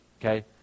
okay